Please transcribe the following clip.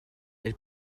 elle